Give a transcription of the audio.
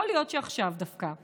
יכול להיות שדווקא עכשיו,